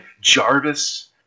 Jarvis